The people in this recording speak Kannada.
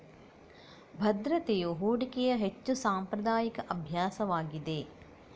ಭದ್ರತೆಯು ಹೂಡಿಕೆಯ ಹೆಚ್ಚು ಸಾಂಪ್ರದಾಯಿಕ ಅಭ್ಯಾಸವಾಗಿದೆ